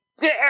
dare